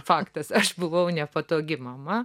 faktas aš buvau nepatogi mama